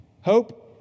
Hope